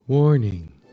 Warning